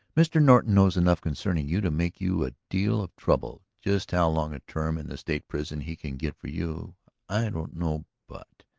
mr. norton knows enough concerning you to make you a deal of trouble. just how long a term in the state prison he can get for you i don't know. but.